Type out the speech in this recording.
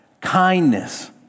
kindness